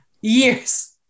Years